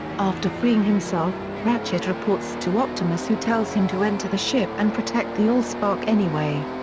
after freeing himself, ratchet reports to optimus who tells him to enter the ship and protect the allspark anyway.